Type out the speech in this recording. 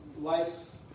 life's